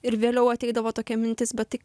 ir vėliau ateidavo tokia mintis bet tai